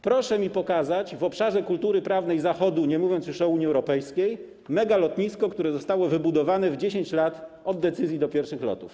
Proszę mi pokazać w obszarze kultury prawnej Zachodu, nie mówiąc już o Unii Europejskiej, megalotnisko, które zostało wybudowane w 10 lat od decyzji do pierwszych lotów.